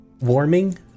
warming